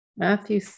Matthew